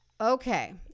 okay